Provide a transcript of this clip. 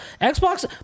Xbox